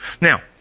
Now